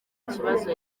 kibazo